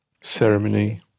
Ceremony